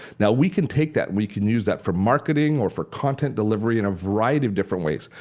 now we can take that, we can use that for marketing or for content delivery in a variety of different ways.